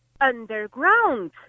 underground